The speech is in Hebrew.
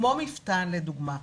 כמו מפתן לדוגמה,